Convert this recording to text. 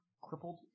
crippled